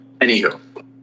Anywho